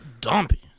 dumpy